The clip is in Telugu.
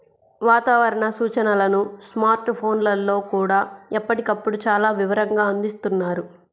వాతావరణ సూచనలను స్మార్ట్ ఫోన్లల్లో కూడా ఎప్పటికప్పుడు చాలా వివరంగా అందిస్తున్నారు